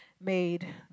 made